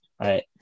right